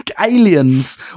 aliens